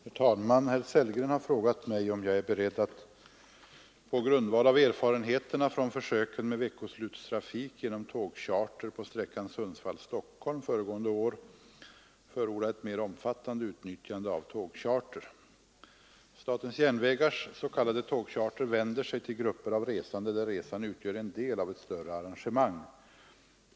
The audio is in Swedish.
Herr talman! Herr Sellgren har frågat mig om jag är beredd att på grundval av erfarenheterna från försöken med veckoslutstrafik genom tågcharter på sträckan Sundsvall—-Stockholm föregående år förorda ett mer omfattande utnyttjande av tågcharter. SJ:s s.k. tågcharter vänder sig till grupper av resande där resan utgör en del av ett större arrangemang.